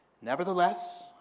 Nevertheless